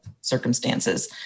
circumstances